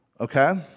Okay